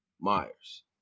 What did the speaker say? Myers